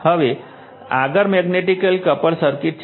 હવે આગળ magnetically coupled circuit છે